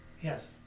yes